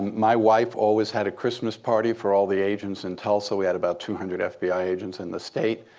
my wife always had a christmas party for all the agents in tulsa. we had about two hundred fbi agents in the state.